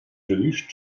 želiš